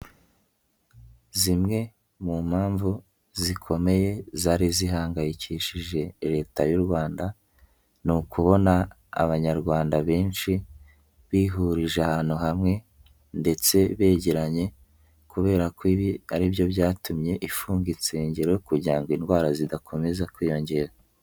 Zimwe mu mpamvu zikomeye zari zihangayikishije Leta y'u Rwanda ni ukubona Abanyarwanda benshi bihurije ahantu hamwe ndetse begeranye kubera ko ibi ari byo byatumye ifunga insengero kugira ngo indwara zidakomeza kwiyongera.